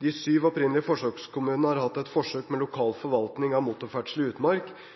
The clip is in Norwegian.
De syv opprinnelige forsøkskommunene har hatt et forsøk med lokal forvaltning av motorferdsel i utmark